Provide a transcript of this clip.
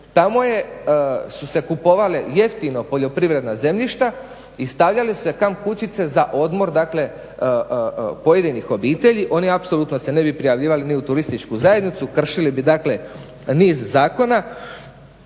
tamo su se kupovale jeftino poljoprivredna zemljišta i stavljale su se kamp kućice za odmor dakle, pojedinih obitelji, oni apsolutno se ne bi prijavljivali ni u turističku zajednicu, kršili bi dakle niz zakona